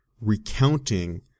recounting